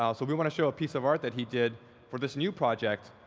um so we want to show a piece of art that he did for this new project.